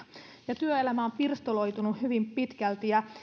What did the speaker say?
ja työelämä on pirstaloitunut hyvin pitkälti ja